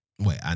Wait